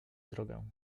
drogę